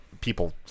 people